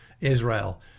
israel